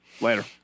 Later